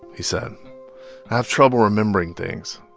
he said. i have trouble remembering things.